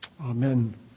Amen